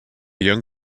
young